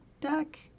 deck